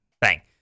Bang